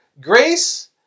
grace